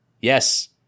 Yes